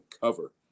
cover